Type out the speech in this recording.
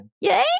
Yay